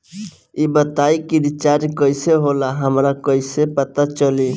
ई बताई कि रिचार्ज कइसे होला हमरा कइसे पता चली?